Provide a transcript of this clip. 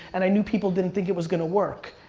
and i knew people didn't think it was gonna work.